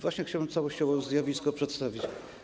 Właśnie chciałbym całościowo zjawisko przedstawić.